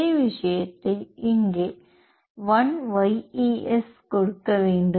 அதே விஷயத்தை இங்கே 1YES கொடுக்க வேண்டும்